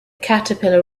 caterpillar